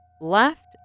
left